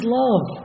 love